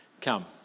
Come